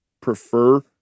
prefer